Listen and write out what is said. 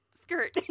skirt